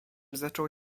zaczął